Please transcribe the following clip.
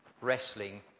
wrestling